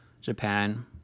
Japan